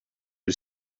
you